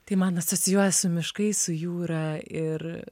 tai man asocijuoja su miškais su jūra ir